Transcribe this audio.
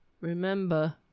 Remember